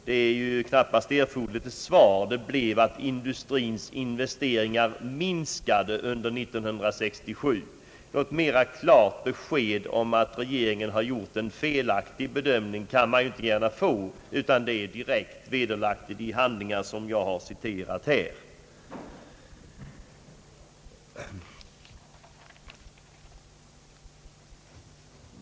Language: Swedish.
Ja, han behöver knappast svara på det, ty det blev att industrins investeringar minskade under år 1967 vilket redovisats i den reviderade finansplanen. Något klarare besked på att regeringen har gjort en felaktig bedömning kan man inte gärna få. Det är direkt vederlagt i de handlingar ur vilka jag här har citerat.